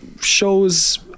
shows